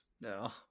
No